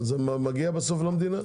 זה מגיע בסוף למדינה.